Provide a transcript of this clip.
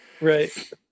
Right